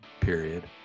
Period